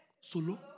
Solo